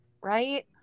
right